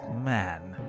man